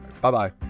Bye-bye